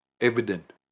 evident